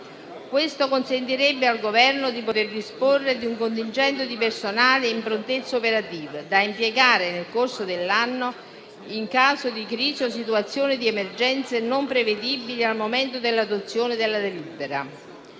Questo consentirebbe al Governo di poter disporre di un contingente di personale in prontezza operativa da impiegare nel corso dell'anno, in caso di crisi o situazioni di emergenze non prevedibili al momento dell'adozione della delibera.